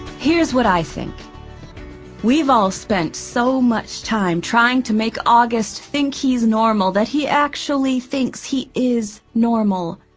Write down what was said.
here's what i think we've all spent so much time trying to make august think he's normal that he actually thinks he is normal.